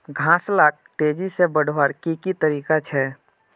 घास लाक तेजी से बढ़वार की की तरीका छे?